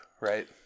right